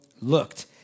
looked